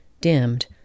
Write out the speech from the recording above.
dimmed